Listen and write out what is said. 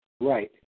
Right